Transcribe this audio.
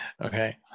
Okay